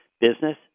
business